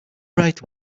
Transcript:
right